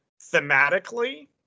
thematically